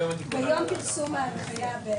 ביום פרסום ההנחיה.